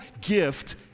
gift